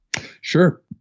Sure